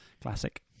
Classic